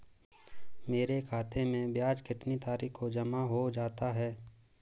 मेरे खाते में ब्याज कितनी तारीख को जमा हो जाता है?